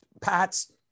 Pats